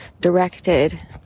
directed